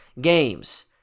games